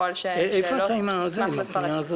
מה זה תפיסות